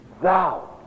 Thou